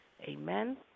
Amen